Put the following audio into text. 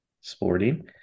sporting